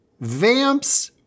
vamps